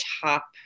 top